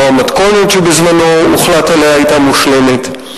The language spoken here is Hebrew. לא המתכונת שבזמנה הוחלט עליה היתה מושלמת,